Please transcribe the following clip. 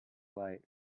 light